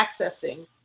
accessing